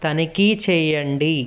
తనిఖీ చెయ్యండి